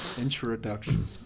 Introduction